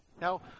Now